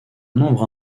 nombre